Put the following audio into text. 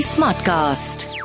Smartcast